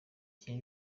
cya